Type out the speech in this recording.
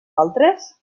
altres